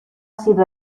sido